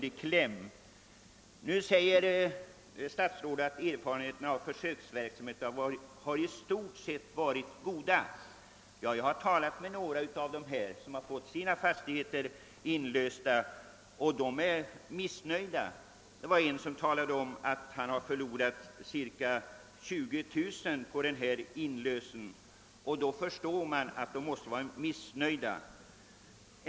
Statsrådet säger nu att erfarenheterna av försöksverksamheten i stort sett har varit goda. Jag har talat med några av dem som fått sina fastigheter inlösta. De är emellertid missnöjda. En av dem talade om att han förlorat cirka 20 000 kronor på en sådan inlösen. Då förstår man att de måste vara missnöjda.